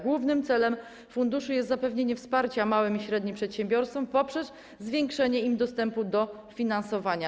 Głównym celem funduszu jest zapewnienie wsparcia małym i średnim przedsiębiorstwom poprzez zwiększenie im dostępu do finansowania.